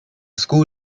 school